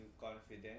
confident